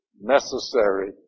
necessary